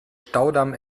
staudamm